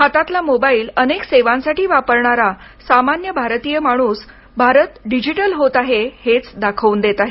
हातातला mobile अनेक सेवांसाठी वापरणारा सामान्य भारतीय माणूस हे भारत डिजिटल होत आहे हेच दाखवून देत आहे